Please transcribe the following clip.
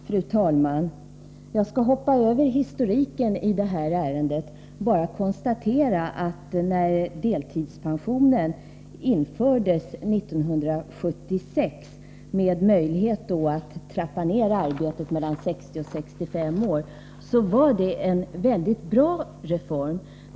Fru talman! Jag skall hoppa över historiken i det här ärendet, bara konstatera att när delpensionen infördes 1976, med möjlighet att trappa ner arbetet mellan 60 och 65 år, var det en mycket bra reform.